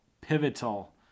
pivotal